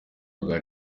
bwa